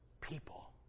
People